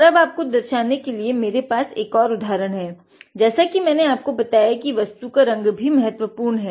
और आपको दर्शाने के लिए मेरे पास एक और उदाहरन है जैसा कि मैंने आपको बताया कि वस्तु का रंग भी महत्वपूर्ण है